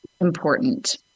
important